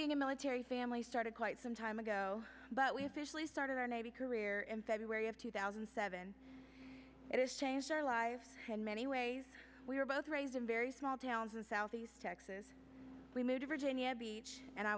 being a military family started quite some time ago but we had fishley started our navy career in february of two thousand and seven it has changed our lives in many ways we were both raised in very small towns in southeast texas we moved to virginia beach and i